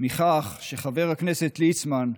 מכך שחבר הכנסת ליצמן,